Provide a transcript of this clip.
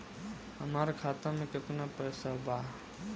हमार खाता में केतना पैसा बा?